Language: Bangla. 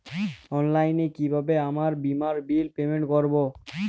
অনলাইনে কিভাবে আমার বীমার বিল পেমেন্ট করবো?